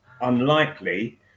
Unlikely